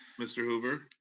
mr. hoover.